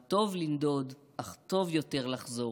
/ מה טוב לנדוד, אך טוב יותר לחזור."